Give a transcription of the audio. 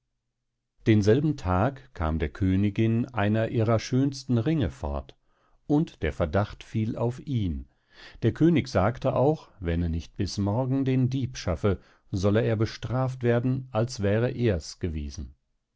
denselben tag kam der königin einer ihrer schönsten ringe fort und der verdacht fiel auf ihn der könig sagte auch wenn er nicht bis morgen den dieb schaffe solle er bestraft werden als wäre ers gewesen